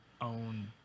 own